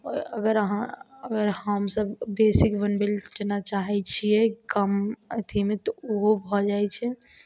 अगर अहाँ अगर हमसब बेसिक बनबय लए जेना चाहय छियै कम अथीमे तऽ उहो भऽ जाइ छै